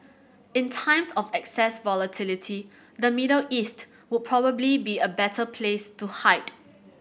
in times of excessive volatility the Middle East would probably be a better place to hide